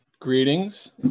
Greetings